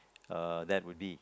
uh that would be